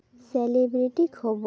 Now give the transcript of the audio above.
celebrity ᱠᱷᱚᱵᱚᱨ